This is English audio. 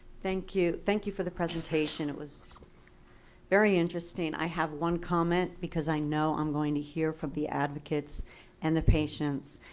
thank you. thank you for the presentation. it was very interesting. i have one comment because i know i'm going to hear from the advocates and the patients.